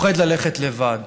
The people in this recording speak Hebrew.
פוחד ללכת לבד.